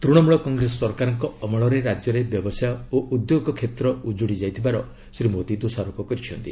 ତୃଶମୂଳ କଂଗ୍ରେସ ସରକାରଙ୍କ ଅମଳରେ ରାଜ୍ୟରେ ବ୍ୟବସାୟ ଓ ଉଦ୍ୟୋଗ କ୍ଷେତ୍ର ଉଜ୍ଜୁଡ଼ି ଯାଇଥିବାର ଶ୍ରୀ ମୋଦି ଦୋଷାରୋପ କରିଛନ୍ତି